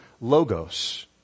logos